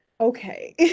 Okay